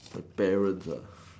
appearance